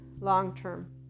long-term